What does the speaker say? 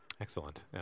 Excellent